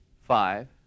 five